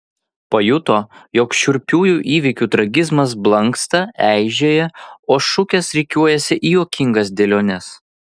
pajuto jog šiurpiųjų įvykių tragizmas blanksta eižėja o šukės rikiuojasi į juokingas dėliones